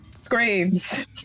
screams